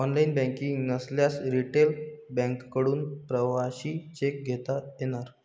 online banking नसल्यास retail बँकांकडून प्रवासी चेक घेता येणार